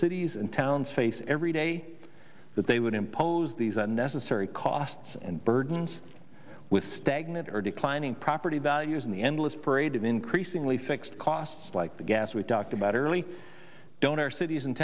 cities and towns face every day that they would impose these unnecessary costs and burdens with stagnant or declining property values and the endless parade of increasingly fixed costs like the gas we talked about early don't our cities and